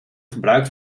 gebruikt